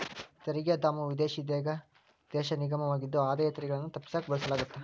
ತೆರಿಗೆ ಧಾಮವು ವಿದೇಶಿ ದೇಶ ನಿಗಮವಾಗಿದ್ದು ಆದಾಯ ತೆರಿಗೆಗಳನ್ನ ತಪ್ಪಿಸಕ ಬಳಸಲಾಗತ್ತ